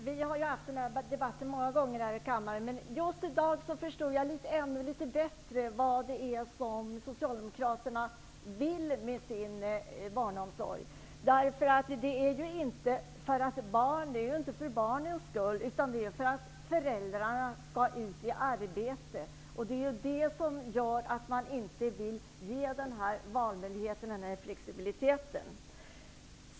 Herr talman! Vi har fört den här debatten många gånger här i kammaren, men just i dag förstod jag ändå litet bättre vad det är Socialdemokraterna vill med sin barnomsorg. Den är inte till för barnens skull, utan för att föräldrarna skall ut i arbete. Det är det som gör att man inte vill ge den här valmöjligheten, den här flexibiliteten.